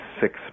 six